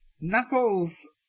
Knuckles